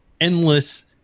endless